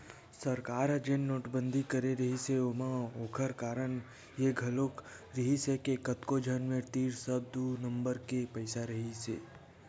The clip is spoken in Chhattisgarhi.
सरकार ह जेन नोटबंदी करे रिहिस हे ओमा ओखर कारन ये घलोक रिहिस हे के कतको झन मन तीर सब दू नंबर के पइसा रहिसे हे